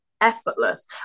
effortless